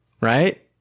right